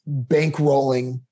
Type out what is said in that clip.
bankrolling